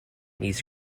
east